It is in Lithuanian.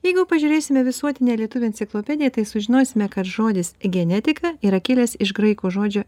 jeigu pažiūrėsime visuotinę lietuvių enciklopediją tai sužinosime kad žodis genetika yra kilęs iš graikų žodžio